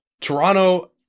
Toronto